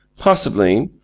possibly.